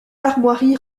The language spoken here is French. armoiries